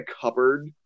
cupboard